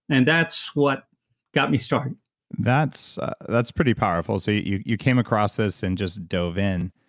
and that's what got me started that's that's pretty powerful. so you you came across this and just dove in.